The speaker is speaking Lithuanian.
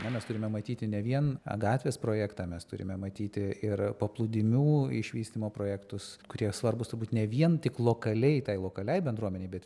na mes turime matyti ne vien gatvės projektą mes turime matyti ir paplūdimių išvystymo projektus kurie svarbūs turbūt ne vien tik lokaliai tai lokaliai bendruomenei bet